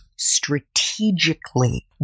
Strategically